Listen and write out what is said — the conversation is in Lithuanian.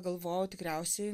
galvojau tikriausiai